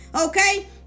okay